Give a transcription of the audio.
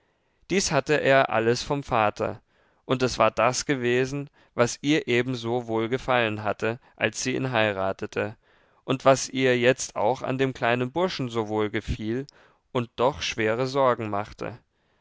dies hatte er alles vom vater und es war das gewesen was ihr eben so wohlgefallen hatte als sie ihn heiratete und was ihr jetzt auch an dem kleinen burschen so wohlgefiel und doch schwere sorgen machte